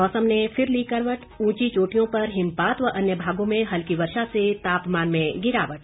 मौसम ने फिर ली करवट उंची चोटियों पर हिमपात व अन्य भागों में हल्की वर्षा से तापमान में गिरावट